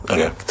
Okay